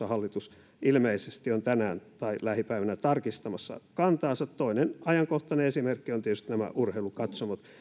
hallitus ilmeisesti on tänään tai lähipäivinä tarkistamassa kantaansa toinen ajankohtainen esimerkki on tietysti nämä urheilukatsomot